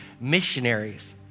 missionaries